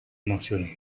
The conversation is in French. mentionné